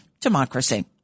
democracy